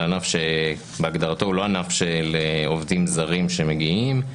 על ענף שבהגדרתו הוא לא ענף של עובדים זרים שמגיעים.